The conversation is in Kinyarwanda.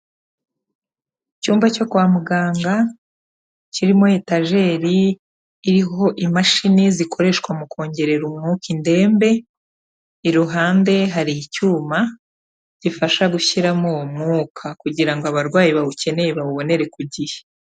Icyumba cyo kwa muganga kirimo etajeri iriho imashini zikoreshwa mu kongerera umwuka indembe, iruhande hari icyuma gifasha gushyiramo uwo mwuka kugira ngo abarwayi bawukeneye bawubonere ku gihe.